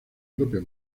propia